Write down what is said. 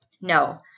No